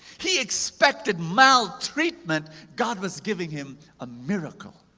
he expected maltreatment, god was giving him a miracle,